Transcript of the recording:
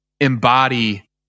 embody